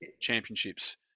championships